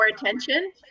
attention